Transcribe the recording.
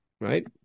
Right